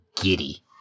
giddy